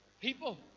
people